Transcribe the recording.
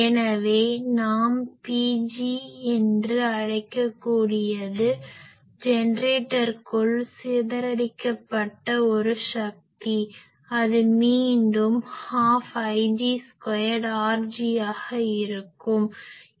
எனவே நாம் Pg என்று அழைக்கக்கூடியது ஜெனரேட்டருக்குள் சிதறடிக்கப்பட்ட ஒரு சக்தி அது மீண்டும் 12Ig2Rg ஆக இருக்கும்